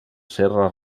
serra